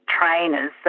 trainers